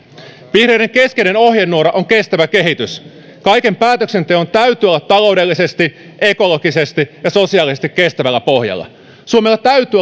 vihreiden keskeinen ohjenuora on kestävä kehitys kaiken päätöksenteon täytyy olla taloudellisesti ekologisesti ja sosiaalisesti kestävällä pohjalla suomella täytyy